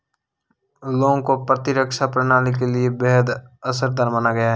लौंग को प्रतिरक्षा प्रणाली के लिए बेहद असरदार माना गया है